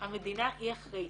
המדינה היא אחראית.